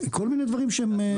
כל מיני דברים שהם.